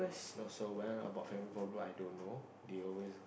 not so well about family problem i don't know they always